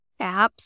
apps